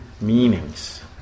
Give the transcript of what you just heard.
Meanings